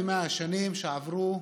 ב-100 השנים שעברו,